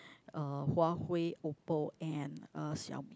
uh Huawei Oppo and uh Xiaomi